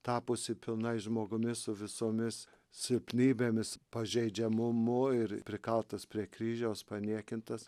tapusį pilnai žmogumi su visomis silpnybėmis pažeidžiamumu ir prikaltas prie kryžiaus paniekintas